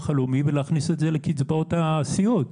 הלאומי ולהכניס אותו לקצבאות הסיעוד.